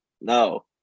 no